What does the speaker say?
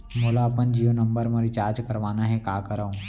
मोला अपन जियो नंबर म रिचार्ज करवाना हे, का करव?